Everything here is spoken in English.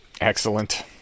excellent